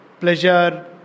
pleasure